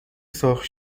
سرخ